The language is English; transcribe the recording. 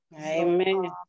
amen